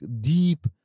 deep